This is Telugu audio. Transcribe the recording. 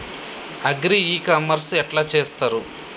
అగ్రి ఇ కామర్స్ ఎట్ల చేస్తరు?